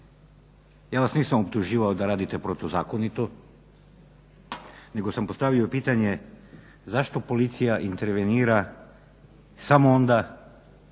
Ja vas nisam optuživao da radite protuzakonito nego sam postavio pitanje zašto policija intervenira samo onda